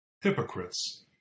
hypocrites